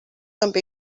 també